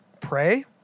pray